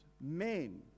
men